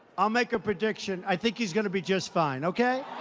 i'll make a prediction, i think he's gonna be just fine, okay?